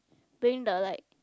being the like